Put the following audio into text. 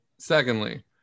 Secondly